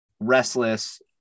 restless